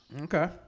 Okay